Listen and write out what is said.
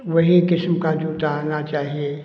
वही किस्म का जूता आना चाहिए